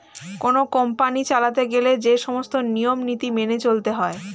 কোন কোম্পানি চালাতে গেলে যে সমস্ত নিয়ম নীতি মেনে চলতে হয়